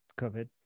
covid